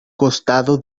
costado